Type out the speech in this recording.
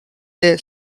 that